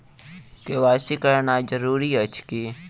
KYC करानाइ जरूरी अछि की?